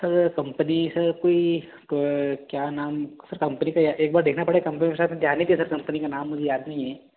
sir company से कोई क क्या क्या नाम सर कंपनी के एक बार देखना पड़ेगा कंपनी सर ध्यान नहीं दिया सर कंपनी का नाम मुझे याद नहीं है